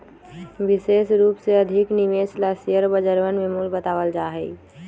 विशेष रूप से अधिक निवेश ला शेयर बजरवन में मूल्य बतावल जा हई